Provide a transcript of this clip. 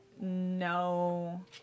no